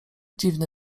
dziwny